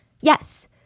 Yes